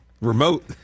Remote